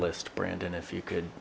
list brandon if you could